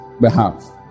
behalf